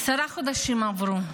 עשרה חודשים עברו,